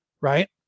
right